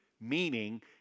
meaning